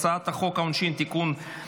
הצעת חוק העונשין (תיקון,